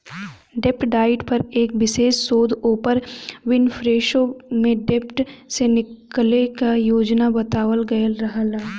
डेब्ट डाइट पर एक विशेष शोध ओपर विनफ्रेशो में डेब्ट से निकले क योजना बतावल गयल रहल